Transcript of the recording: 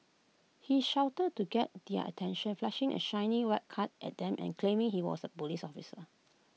he shouted to get their attention flashing A shiny white card at them and claiming he was A Police officer